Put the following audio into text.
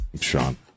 Sean